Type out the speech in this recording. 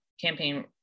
campaign